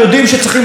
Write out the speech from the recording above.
אבל יש ביורוקרטיה.